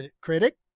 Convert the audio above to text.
critic